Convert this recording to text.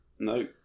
No